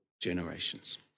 generations